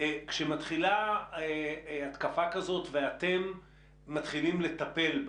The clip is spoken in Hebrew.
כשמתחילה התקפה כזאת ואתם מתחילים לטפל,